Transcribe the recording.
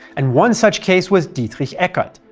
and one such case was dietrich eckart,